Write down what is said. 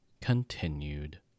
continued